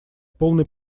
полной